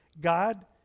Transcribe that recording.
God